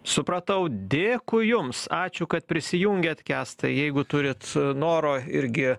supratau dėkui jums ačiū kad prisijungėt kęstai jeigu turit noro irgi